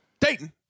Dayton